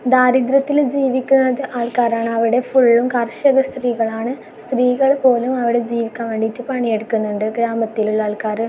ദാരിദ്യ്രത്തിൽ ജീവിക്കുന്നത് ആൾക്കാരാണ് അവിടെ ഫുള്ളും കർഷക സ്ത്രീകളാണ് സ്ത്രീകൾ പോലും അവിടെ ജീവിക്കാൻ വേണ്ടിയിട്ട് പണി എടുക്കുന്നുണ്ട് ഗ്രാമത്തിലുള്ള ആൾക്കാർ